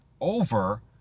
over